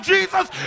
Jesus